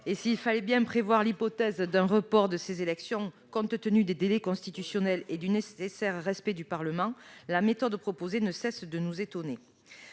et s'il fallait bien prévoir l'hypothèse d'un report de ces élections, compte tenu des délais constitutionnels et du nécessaire respect du Parlement, la méthode proposée ne cesse de nous étonner.